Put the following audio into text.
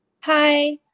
Hi